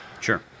Sure